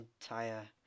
entire